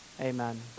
amen